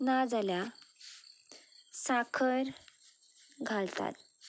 ना जाल्यार साखर घालतात